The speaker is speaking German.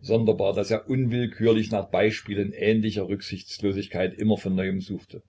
sonderbar daß er unwillkürlich nach beispielen ähnlicher rücksichtslosigkeit immer von neuem suchte